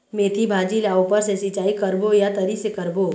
मेंथी भाजी ला ऊपर से सिचाई करबो या तरी से करबो?